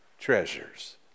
treasures